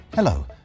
Hello